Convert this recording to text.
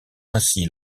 ainsi